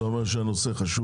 זה אומר שמבחינתך הנושא חשוב.